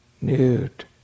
nude